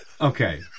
Okay